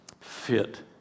fit